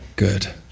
good